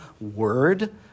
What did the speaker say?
word